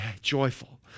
joyful